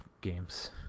games